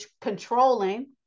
controlling